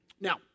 Now